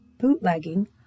Bootlegging